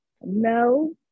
No